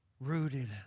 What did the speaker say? rooted